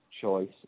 choice